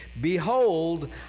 Behold